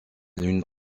une